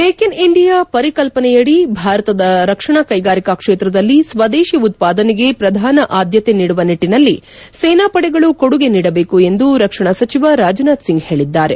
make in India ಪರಿಕಲ್ಪನೆಯಡಿ ಭಾರತದ ರಕ್ಷಣಾ ಕೈಗಾರಿಕಾ ಕ್ಷೇತ್ರದಲ್ಲಿ ಸ್ವದೇಶಿ ಉತ್ವಾದನೆಗೆ ಪ್ರಧಾನ ಆದ್ದತೆ ನೀಡುವ ನಿಟ್ಟಿನಲ್ಲಿ ಸೇನಾಪಡೆಗಳು ಕೊಡುಗೆ ನೀಡಬೇಕು ಎಂದು ರಕ್ಷಣಾ ಸಚಿವ ರಾಜನಾಥ್ ಸಿಂಗ್ ಹೇಳಿದ್ದಾರೆ